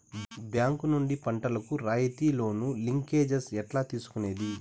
Bank నుండి పంటలు కు రాయితీ లోను, లింకేజస్ ఎట్లా తీసుకొనేది?